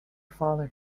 father